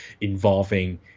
involving